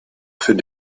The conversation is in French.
fait